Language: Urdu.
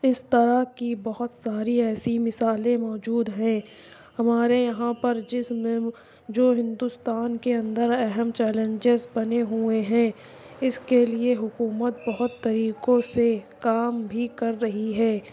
اس طرح کی بہت ساری ایسی مثالیں موجود ہیں ہمارے یہاں پر جس میں جو ہندوستان کے اندر اہم چیلنجیز بنے ہوئے ہیں اس کے لیے حکومت بہت طریقوں سے کام بھی کر رہی ہے